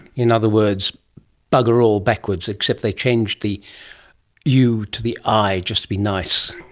in other words bugger all backwards except they changed the u to the i just to be nice.